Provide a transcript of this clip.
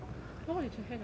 how much is a hair transplant